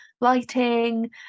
lighting